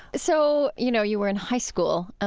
so you know, you were in high school.